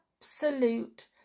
absolute